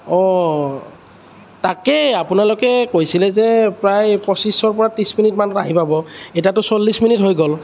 অঁ তাকেই আপোনালোকে কৈছিলে যে প্ৰায় পঁচিছৰ পৰা ত্ৰিছ মিনিট মানত আহি পাব এতিয়াটো চল্লিছ মিনিট হৈ গ'ল